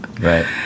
Right